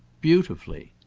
beautifully!